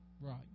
Right